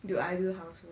do I do housework